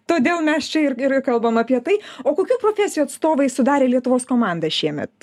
todėl mes čia ir ir kalbam apie tai o kokių profesijų atstovai sudarė lietuvos komandą šiemet